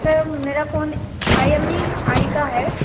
sir मेरा phone I M E I का है